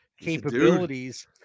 capabilities